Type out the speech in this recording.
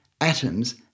atoms